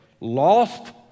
lost